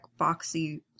boxy